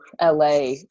LA